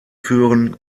führen